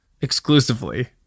Exclusively